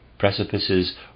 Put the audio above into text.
precipices